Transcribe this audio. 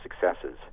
successes